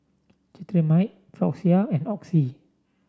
Cetrimide Floxia and Oxy